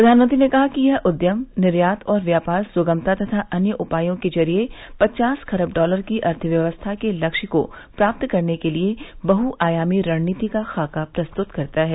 प्रधानमंत्री ने कहा कि यह उद्यम निर्यात और व्यापार सुगमता तथा अन्य उपायों के जरिये पचास खबर डॉलर की अर्थव्यवस्था के लक्ष्य को प्राप्त करने के लिए बहआयामी रणनीति का खाका प्रस्तुत करता है